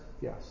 Yes